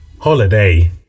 Holiday